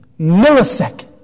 millisecond